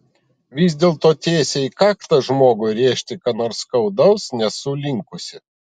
vis dėlto tiesiai į kaktą žmogui rėžti ką nors skaudaus nesu linkusi